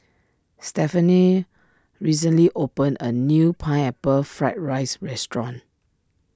Stephaine recently opened a new Pineapple Fried Rice restaurant